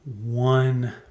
one